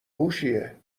هوشیه